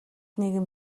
нэгэн